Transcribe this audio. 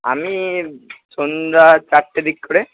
আমি সন্ধ্যা চারটের দিক করে